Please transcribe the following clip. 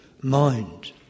mind